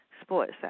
sports